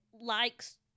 likes